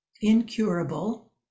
incurable